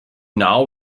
know